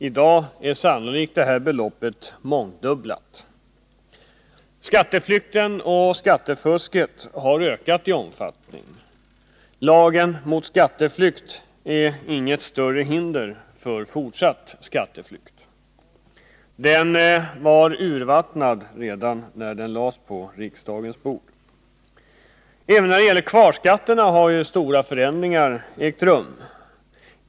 I dag är sannolikt det beloppet mångdubblat. Skatteflykten och skattefusket har ökat i omfattning. Lagen mot skatteflykt är inget större hinder för fortsatt skatteflykt. Den var urvattnad redan när den lades på riksdagens bord. Även när det gäller kvarskatterna har stora förändringar ägt rum.